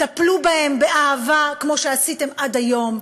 טפלו בהן באהבה, כמו שעשיתם עד היום,